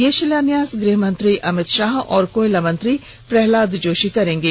यह शिलान्यास देश के गृह मंत्री अमित शाह और कोयला मंत्री प्रल्हाद जोशी करेंगे